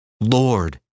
Lord